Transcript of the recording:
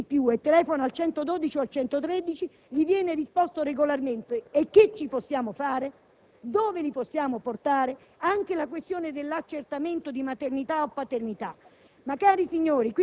cerca di capirne di più e telefona al «112» o al «113», gli viene risposto regolarmente: e che ci possiamo fare? Dove li possiamo portare? Anche sulla questione dell'accertamento di maternità o paternità: